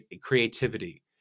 creativity